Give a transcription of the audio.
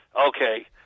okay